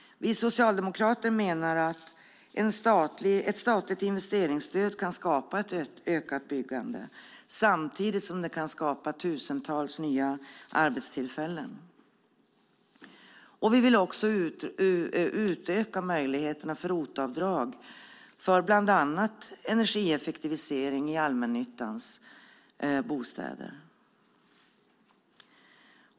Vi socialdemokrater menar att ett statligt investeringsstöd kan skapa ett ökat byggande samtidigt som det kan skapa tusentals nya arbetstillfällen. Vi vill också utöka möjligheterna till ROT-avdrag för bland annat energieffektivisering i allmännyttans bostäder.